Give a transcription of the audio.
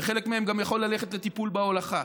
וחלק מהם גם יכול ללכת לטיפול בהולכה.